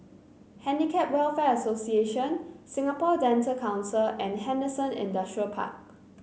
Handicap Welfare Association Singapore Dental Council and Henderson Industrial Park